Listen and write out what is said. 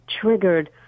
triggered